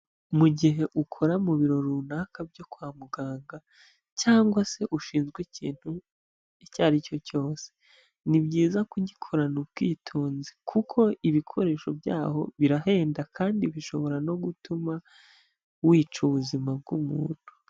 Mu gihe ukora mu biro runaka byo kwa muganga cyangwa se ushinzwe ikintu icyo ari cyo cyose, ni byiza kugikorana ubwitonzi. Kuko ibikoresho byaho birahenda kandi bishobora no gutuma wica ubuzima bw'umuntu.